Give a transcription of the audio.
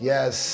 Yes